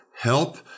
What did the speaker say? help